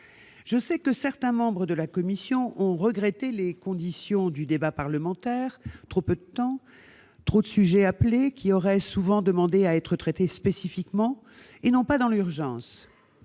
Je sais que certains membres de la commission spéciale ont regretté les conditions du débat parlementaire- trop peu de temps ; trop de sujets abordés, qui auraient souvent demandé à être traités spécifiquement et non pas dans l'urgence